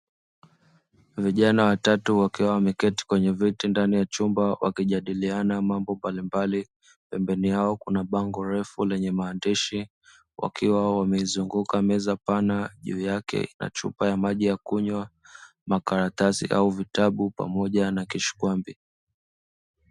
Vijana watatu wakiwa wameketi kwenye viti ndani ya chumba wakijadiliana mambo mbalimbali pembeni yao kuna bango refu lenye maandishi wakiwa wamezunguka meza pana juu yake na chupa ya maji ya kunywa makaratasi au vitabu pamoja na kishikwambi.